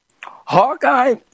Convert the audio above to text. Hawkeye